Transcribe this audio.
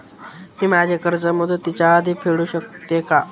मी माझे कर्ज मुदतीच्या आधी फेडू शकते का?